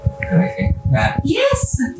Yes